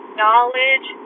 knowledge